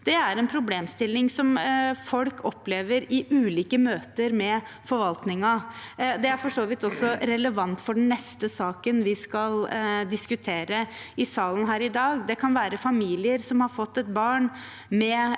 Det er en problemstilling som folk opplever i ulike møter med forvaltningen, og det for så vidt også relevant for den neste saken vi skal diskutere i salen her i dag. Det kan være familier som har fått et barn med